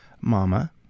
Mama